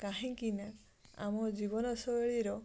କାହିଁକିନା ଆମ ଜୀବନଶୈଳୀର